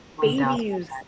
babies